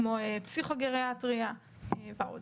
כמו פסיכו-גריאטריה ועוד.